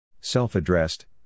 Self-addressed